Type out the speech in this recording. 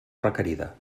requerida